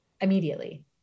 immediately